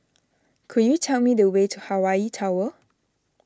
could you tell me the way to Hawaii Tower